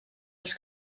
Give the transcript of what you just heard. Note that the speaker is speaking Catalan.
als